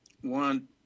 one